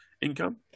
income